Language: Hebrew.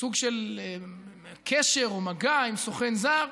סוג של קשר או מגע עם סוכן זר,